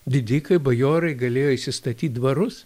didikai bajorai galėjo įsistatyt dvarus